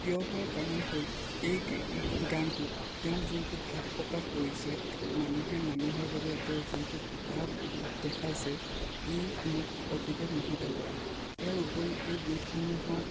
প্ৰিয় হোৱাৰ কাৰণ হ'ল এই গানটোত তেওঁ যোনটো ভাৱ প্ৰকাশ কৰিছে মানুহে মানুহৰ বাবে তেওঁ যোনটো ভাৱ দেখাইছে ই মোক অতিকৈ মোহিত কৰে ইয়াৰ উপৰি এই গীতসমূহত